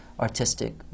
artistic